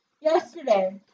Yesterday